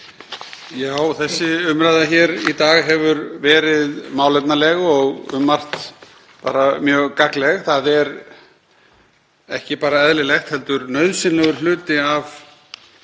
Þessi umræða hér í dag hefur verið málefnaleg og um margt mjög gagnleg. Það er ekki bara eðlilegt heldur nauðsynlegur hluti af